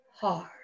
hard